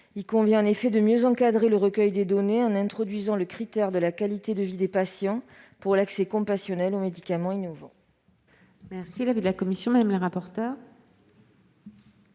Il convient, en effet, de mieux encadrer le recueil des données, en introduisant le critère de la qualité de vie des patients pour l'accès compassionnel aux médicaments innovants. Quel est l'avis de la commission ? Pour